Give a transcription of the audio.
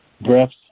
breaths